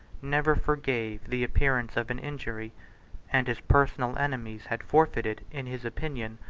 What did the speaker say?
never forgave the appearance of an injury and his personal enemies had forfeited, in his opinion,